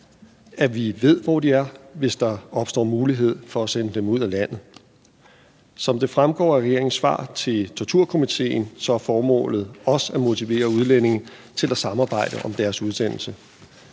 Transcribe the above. at vi ved, hvor de er, hvis der opstår mulighed for at sende dem ud af landet. Som det fremgår af regeringens svar til Torturkomiteen, så er formålet også at motivere udlændinge til at samarbejde om deres udsendelse.